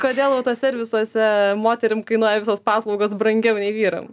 kodėl autoservisuose moterim kainuoja visos paslaugos brangiau nei vyram